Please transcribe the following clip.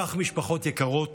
כך, משפחות יקרות,